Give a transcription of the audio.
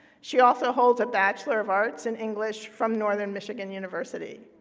she also holds a bachelor of arts in english from northern michigan university.